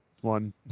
one